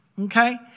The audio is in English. okay